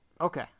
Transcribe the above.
Okay